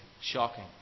Shocking